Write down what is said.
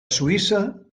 suïssa